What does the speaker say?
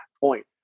point